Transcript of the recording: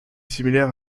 similaire